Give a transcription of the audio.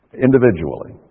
individually